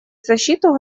защиту